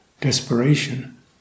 desperation